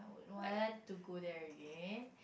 what to go there again